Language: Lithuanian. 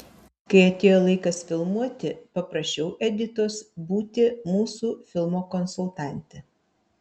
kai atėjo laikas filmuoti paprašiau editos būti mūsų filmo konsultante